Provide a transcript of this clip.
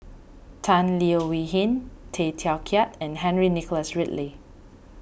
Tan Leo Wee Hin Tay Teow Kiat and Henry Nicholas Ridley